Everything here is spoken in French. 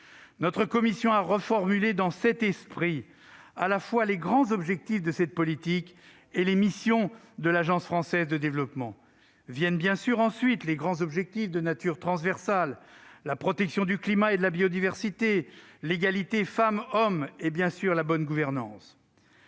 Notre commission a reformulé dans cet esprit, à la fois les grands objectifs de cette politique et les missions de l'Agence française de développement. Viennent ensuite, bien sûr, les grands objectifs de nature transversale : la protection du climat et de la biodiversité, l'égalité femmes-hommes et la bonne gouvernance.